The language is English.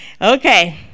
Okay